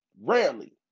Rarely